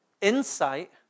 insight